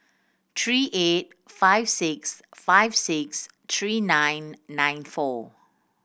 three eight five six five six three nine nine four